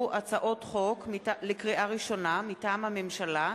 לקריאה ראשונה, מטעם הממשלה: